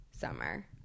summer